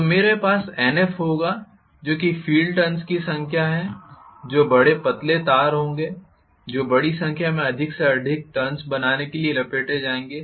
तो मेरे पास Nf होगा जो कि फ़ील्ड टर्न्स की संख्या है जो बड़े पतले तार होंगे जो बड़ी संख्या में अधिक से अधिक टर्न्स बनाने के लिए लपेटे जाएँगे